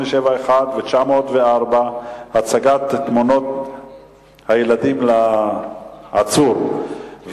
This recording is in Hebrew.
875 ו-904: הצגת תמונות הילדים לעצור,